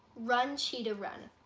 run cheetah run